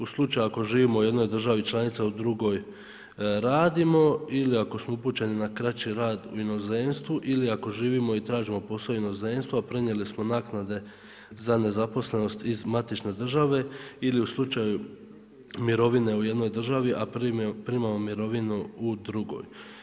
U slučaju ako živimo u jednoj državi članici, a u drugoj radimo ili ako smo upućeni na kraći rad u inozemstvu ili ako živimo i tražimo posao u inozemstvu, a prenijeli smo naknade za nezaposlenost iz matične države ili u slučaju mirovine u jednoj državi, a primamo mirovinu u drugoj.